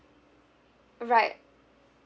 right